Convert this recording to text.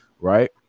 right